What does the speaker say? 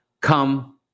Come